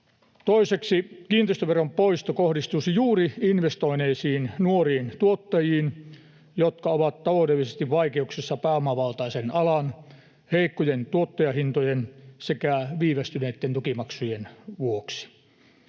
Toiseksi kiinteistöveron poisto kohdistuisi juuri investoineisiin nuoriin tuottajiin, jotka ovat taloudellisesti vaikeuksissa pääomavaltaisen alan, heikkojen tuottajahintojen sekä viivästyneitten tukimaksujen vuoksi.